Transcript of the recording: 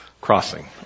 crossing